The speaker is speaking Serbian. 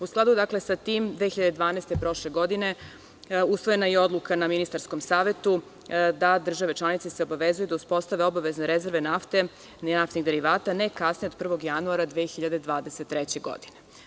U skladu sa tim, 2012. godine usvojena je Odluka na ministarskom savetu da se države članice obavezuju da uspostave obavezne rezerve nafte i naftnih derivata ne kasnije od 1. januara 2023. godine.